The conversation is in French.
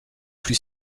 plus